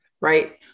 Right